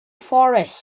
forest